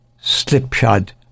slipshod